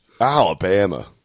Alabama